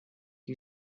you